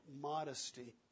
modesty